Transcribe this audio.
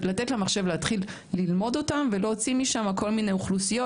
לתת למחשב להתחיל ללמוד אותן ולהוציא משם כל מיני אוכלוסיות